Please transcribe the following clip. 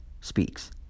speaks